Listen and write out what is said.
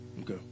Okay